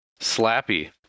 Slappy